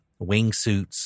wingsuits